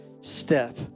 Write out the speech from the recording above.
step